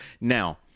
Now